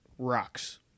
Rocks